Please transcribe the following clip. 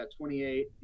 28